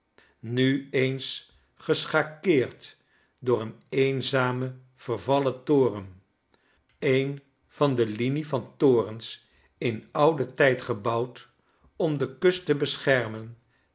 nu eens geschakeerd door een eenzamen vervallen toren een van de linie van torens in ouden tijd gebouwd om de kust te beschermen